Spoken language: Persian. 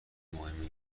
مهمی